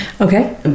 Okay